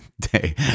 day